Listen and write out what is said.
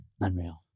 Unreal